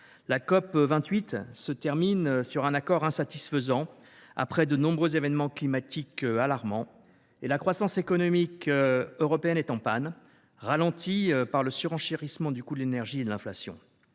La COP28 se termine sur un accord insatisfaisant, après de nombreux événements climatiques alarmants, et la croissance économique européenne est en panne, ralentie par le surenchérissement du coût de l’énergie et l’inflation.